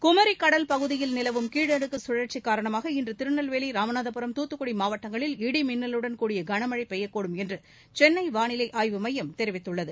குமி கடல் பகுதியில் நிலவும் கீழடுக்கு சுழற்சி காரணமாக இன்று திருநெல்வேலி ராமநாதபுரம் துத்துக்குடி மாவட்டங்களில் இடி மின்னலுடன் கூடிய கனமழை பெய்யக்கூடும் என்று சென்னை வாளிலை ஆய்வுமையம் தெரிவித்துள்ளது